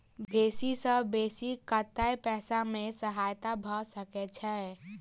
बेसी सऽ बेसी कतै पैसा केँ सहायता भऽ सकय छै?